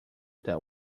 that